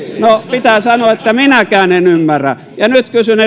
no pitää sanoa että minäkään en ymmärrä ja nyt kysyn